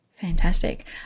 Fantastic